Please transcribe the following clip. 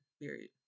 Period